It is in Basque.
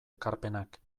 ekarpenak